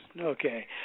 Okay